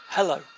Hello